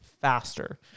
faster